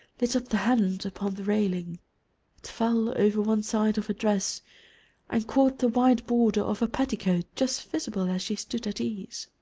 lit up the hand upon the railing. it fell over one side of her dress and caught the white border of a petticoat, just visible as she stood at ease.